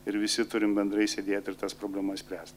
ir visi turim bendrai sėdėt ir tas problemas spręst